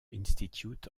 institute